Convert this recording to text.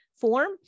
form